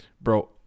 bro